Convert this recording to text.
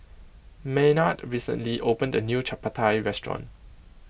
Maynard recently opened a new Chapati restaurant